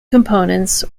components